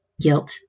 guilt